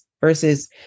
Versus